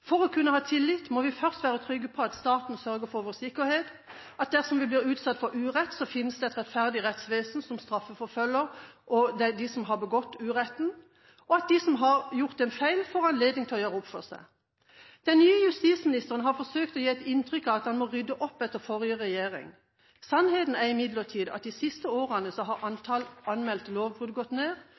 For å kunne ha tillit må vi først være trygge på at staten sørger for vår sikkerhet, at det dersom vi blir utsatt for urett, finnes et rettferdig rettsvesen som straffeforfølger dem som har begått uretten, og at de som har gjort en feil, får anledning til å gjøre opp for seg. Den nye justisministeren har forsøkt å gi et inntrykk av at han må rydde opp etter forrige regjering. Sannheten er imidlertid at de siste årene har antall anmeldte lovbrudd gått ned,